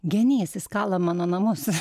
genys jis kala mano namus